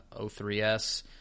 O3S